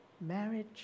Marriage